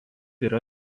yra